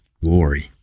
Glory